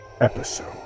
episode